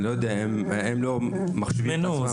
אני לא יודע הם לא מחשיבים את עצמם.